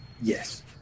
Yes